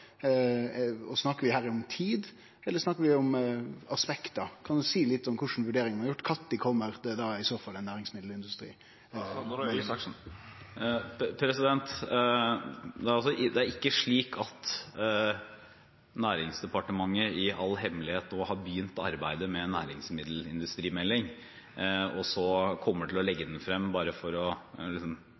Snakkar vi her om tid, eller snakkar vi om aspekt? Kan han seie litt om kva vurderingar ein har gjort? Kva tid kjem det i så fall ei næringsmiddelindustrimelding? Det er ikke slik at Næringsdepartementet i all hemmelighet nå har begynt arbeidet med en næringsmiddelindustrimelding og så kommer til å legge den frem, bare for å